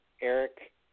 Eric